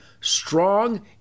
strong